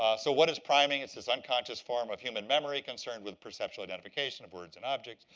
so what is priming? it's this unconscious form of human memory concerned with perceptual identification of words and objects,